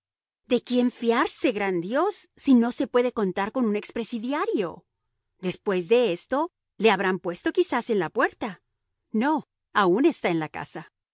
de quién fiarse gran dios si no se puede contar con un ex presidiario después de esto le habrán puesto quizás en la puerta no aun está en la casa